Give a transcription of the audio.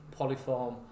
polyform